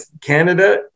Canada